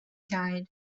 died